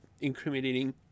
incriminating